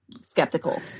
skeptical